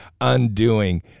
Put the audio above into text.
undoing